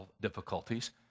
difficulties